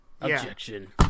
objection